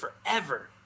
forever